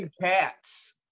cats